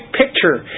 picture